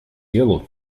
делу